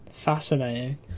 Fascinating